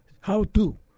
how-to